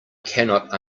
cannot